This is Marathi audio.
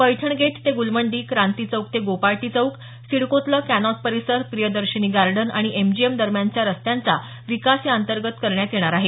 पैठण गेट ते गुलमंडी क्रांती चौक ते गोपाळ टि चौक सिडकोतलं कॅनॉट परिसर प्रियदर्शिनी गार्डन आणि एमजीएम दरम्यानच्या रस्त्यांचा विकास याअंतर्गत करण्यात येणार आहे